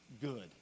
good